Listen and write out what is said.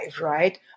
right